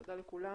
תודה לכולם.